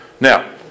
Now